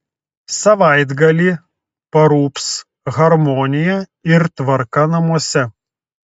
savaitgalį parūps harmonija ir tvarka namuose